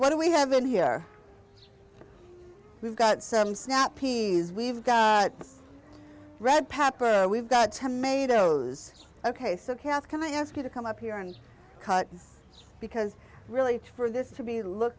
what we have and here we've got some snap peas we've got red pepper we've got to made those ok so cats can i ask you to come up here and cut because really for this to be look